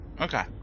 Okay